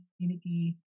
community